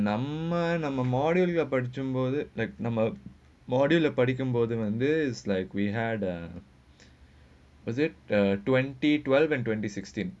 நம்ம நாமமே:namma nammamae module like பாதிச்சிதே:baadhicithae and is like we had uh was it uh twenty twelve and twenty sixteen